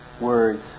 words